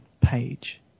page